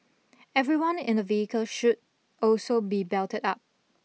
everyone in a vehicle should also be belted up